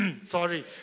Sorry